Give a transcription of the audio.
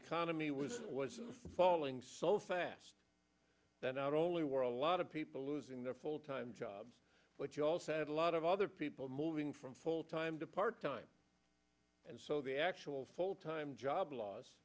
economy was falling so fast that not only were a lot of people losing their full time jobs but you also had a lot of other people moving from full time to part time and so the actual full time job l